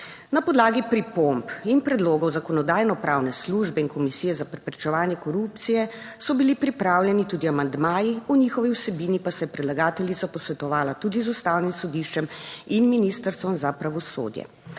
Na podlagi pripomb in predlogov Zakonodajno-pravne službe in Komisije za preprečevanje korupcije so bili pripravljeni tudi amandmaji, o njihovi vsebini pa se je predlagateljica posvetovala tudi z Ustavnim sodiščem in Ministrstvom za pravosodje.